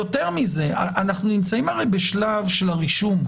אז במקום 600 משפחות נחריג 1,200